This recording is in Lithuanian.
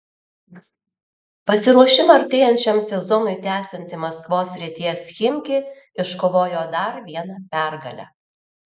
pasiruošimą artėjančiam sezonui tęsianti maskvos srities chimki iškovojo dar vieną pergalę